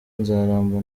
nzaramba